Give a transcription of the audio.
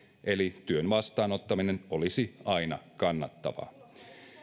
eli työn vastaanottaminen olisi aina kannattavaa